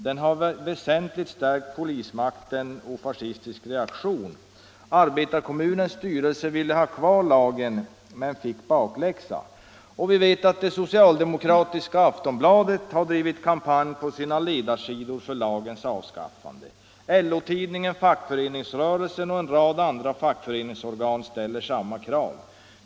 Den har väsentligt stärkt polismakten och fascistisk reaktion.” Arbetarekommunens styrelse ville ha kvar lagen, men fick bakläxa. Det socialdemokratiska Aftonbladet har bedrivit en kampanj för lagens avskaffande på sina ledarsidor. LO tidningen Fackföreningsrörelsen och en rad andra fackföreningsorgan ställer samma krav.